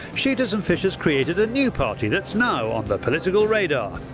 shooters and fishers created a new party that's now on the political radar.